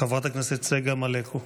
חברת הכנסת צגה מלקו.